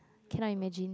cannot imagine